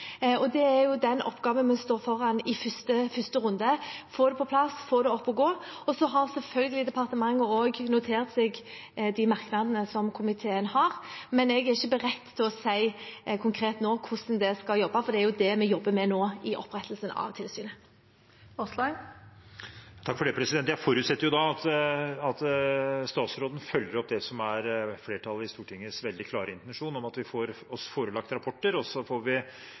Det er den oppgaven vi står foran i første runde – få det på plass, få det opp å gå. Departementet har selvfølgelig notert seg de merknadene som komiteen har, men jeg er ikke beredt til å si konkret nå hvordan dette tilsynet skal jobbe, for det er jo det vi jobber med opprettelsen av nå. Jeg forutsetter at statsråden følger opp det som er flertallet i Stortingets veldig klare intensjon om at vi får oss forelagt rapporter, og så får vi